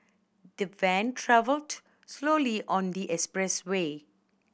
the van travelled slowly on the expressway